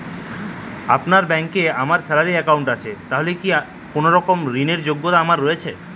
আপনার ব্যাংকে আমার স্যালারি অ্যাকাউন্ট আছে তাহলে কি কোনরকম ঋণ র যোগ্যতা আমার রয়েছে?